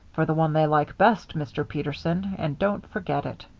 for the one they like best, mr. peterson, and don't forget it.